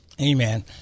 amen